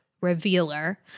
revealer